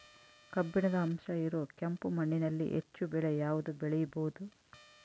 ಕಬ್ಬಿಣದ ಅಂಶ ಇರೋ ಕೆಂಪು ಮಣ್ಣಿನಲ್ಲಿ ಹೆಚ್ಚು ಬೆಳೆ ಯಾವುದು ಬೆಳಿಬೋದು?